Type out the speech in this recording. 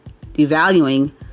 devaluing